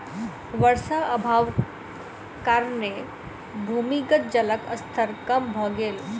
वर्षा अभावक कारणेँ भूमिगत जलक स्तर कम भ गेल